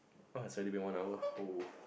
!wah! it's already been one hour [ho]